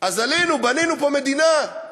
אז עלינו ובנינו פה מדינה.